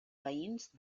veïns